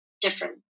different